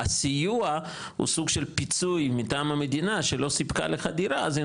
הסיוע הוא סוג של פיצוי מטעם המדינה שלא סיפקה לך דירה אז היא